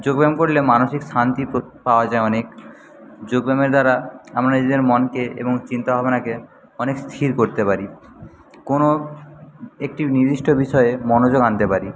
যোগ ব্যায়াম করলে মানসিক শান্তি পাওয়া যায় অনেক যোগ ব্যায়ামের দ্বারা আমরা নিজেদের মনকে এবং চিন্তা ভাবনাকে অনেক স্থির করতে পারি কোনো একটি নির্দিষ্ট বিষয়ে মনোযোগ আনতে পারি